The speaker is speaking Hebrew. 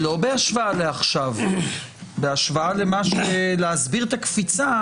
לא בהשוואה לעכשיו, להסביר את הקפיצה.